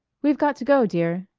we've got to go, dear.